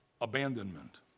Abandonment